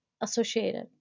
associated